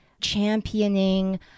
championing